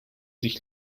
sich